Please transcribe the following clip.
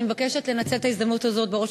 אני מבקשת לנצל את ההזדמנות הזאת בראש